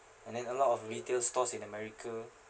and then a lot of retail stores in america